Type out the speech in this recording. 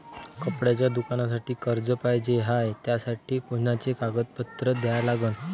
कपड्याच्या दुकानासाठी कर्ज पाहिजे हाय, त्यासाठी कोनचे कागदपत्र द्या लागन?